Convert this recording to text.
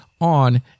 on